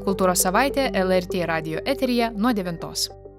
kultūros savaitė lrt radijo eteryje nuo devintos